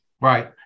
Right